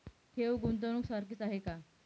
ठेव, गुंतवणूक सारखीच आहे का?